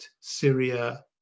Syria